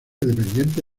dependiente